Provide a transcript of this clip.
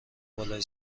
بالای